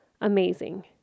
amazing